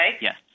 Yes